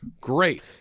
Great